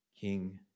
King